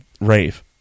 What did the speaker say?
Rave